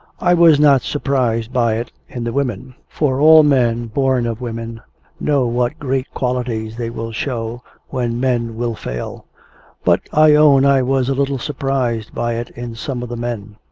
i was not surprised by it in the women for all men born of women know what great qualities they will show when men will fail but, i own i was a little surprised by it in some of the men.